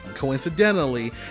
Coincidentally